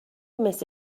مثل